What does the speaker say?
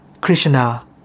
Krishna